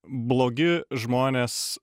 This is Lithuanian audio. blogi žmonės